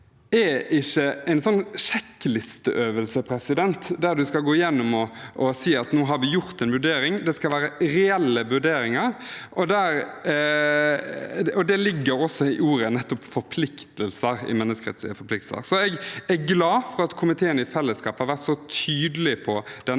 i § 6, ikke er en sjekklisteøvelse der man skal gå gjennom og si: Nå har vi gjort en vurdering. Det skal være reelle vurderinger, og det ligger også i nettopp ordet «forpliktelser» i menneskerettslige forpliktelser. Jeg er glad for at komiteen i fellesskap har vært så tydelig på denne